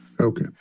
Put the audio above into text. Okay